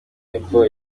y’uko